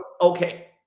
okay